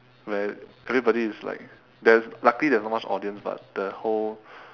where everybody is like there's luckily there's not much audience but the whole